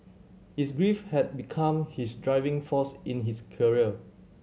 his grief had become his driving force in his career